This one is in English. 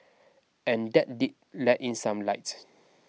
and that did let in some light